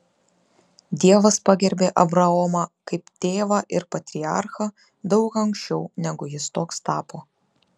dievas pagerbė abraomą kaip tėvą ir patriarchą daug anksčiau negu jis toks tapo